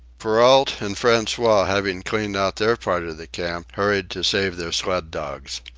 perrault and francois, having cleaned out their part of the camp, hurried to save their sled-dogs.